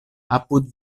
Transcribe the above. apud